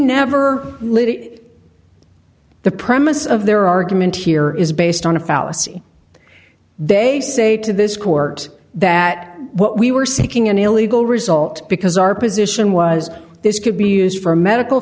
it the premise of their argument here is based on a fallacy they say to this court that what we were seeking an illegal result because our position was this could be used for a medical